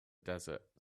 desert